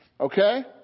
Okay